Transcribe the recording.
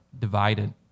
divided